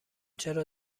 چرا